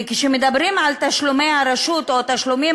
כשמדברים על תשלומי הרשות או תשלומים